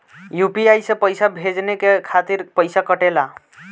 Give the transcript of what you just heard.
UPI से पइसा भेजने के खातिर पईसा कटेला?